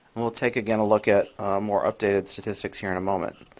and we'll take, again, a look at more updated statistics here in a moment.